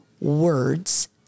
words